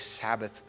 Sabbath